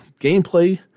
gameplay